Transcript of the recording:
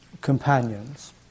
companions